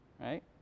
Right